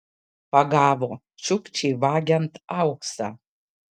pagavo čiukčį vagiant auksą